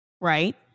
Right